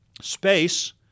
space